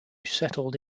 settled